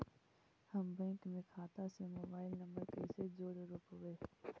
हम बैंक में खाता से मोबाईल नंबर कैसे जोड़ रोपबै?